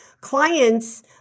clients